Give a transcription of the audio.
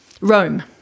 Rome